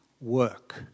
work